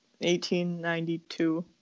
1892